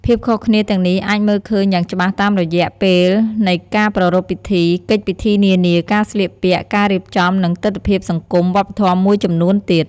ភាពខុសគ្នាទាំងនេះអាចមើលឃើញយ៉ាងច្បាស់តាមរយៈពេលនៃការប្រារព្ធពិធី កិច្ចពិធីនានា ការស្លៀកពាក់ ការរៀបចំ និងទិដ្ឋភាពសង្គម វប្បធម៌មួយចំនួនទៀត។